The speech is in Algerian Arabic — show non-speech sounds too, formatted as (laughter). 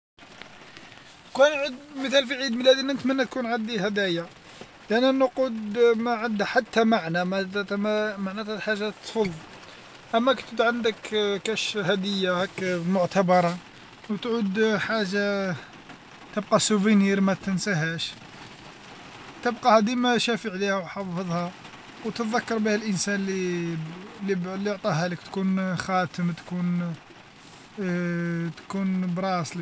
كلان عود مثل في عيد ميلادي نتمنى تكون عندي هدايا، لأن النقود ما عندها حتى معنى (hesitation) معناتها حاجة تفض، أما كي تعود عندك (hesitation) كاش هدية معتبرة وتعود حاجة (hesitation) تبقى ذكرى ما تنسهاش، تبقى ديمة شافي عليها وحفظها، وتذكر بها الإنسان لي (hesitation) لي عطاهالك تكون خاتم تكون (hesitation) تكون براسلي.